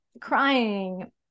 crying